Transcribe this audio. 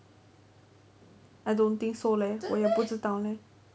I don't think so leh 我也不知道 leh